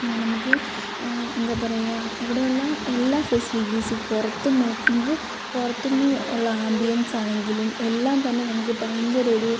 നമുക്ക് എന്താ പറയാ അവിടെയുള്ള എല്ലാ ഫെസിലിറ്റീസും പുറത്ത് നോ നമുക്ക് പുറത്ത്ന്ന് ഉള്ള ആമ്പിയൻസാണെങ്കിലും എല്ലാം തന്നെ നമുക്ക് ഭയങ്കര ഒരു